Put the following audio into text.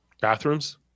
Bathrooms